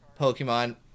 Pokemon